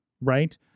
Right